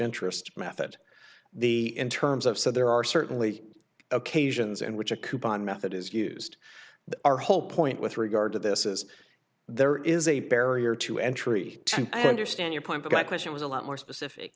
interest method the in terms of so there are certainly occasions in which a coupon method is used our whole point with regard to this is there is a barrier to entry to understand your point but that question was a lot more specific